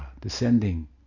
descending